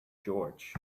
george